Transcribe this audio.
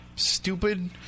stupid